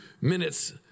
minutes